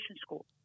school